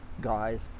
guys